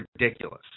ridiculous